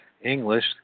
English